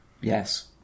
Yes